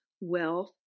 wealth